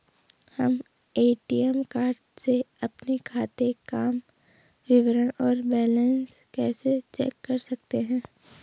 हम ATM card से अपने खाते काम विवरण और बैलेंस कैसे चेक कर सकते हैं?